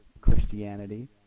Christianity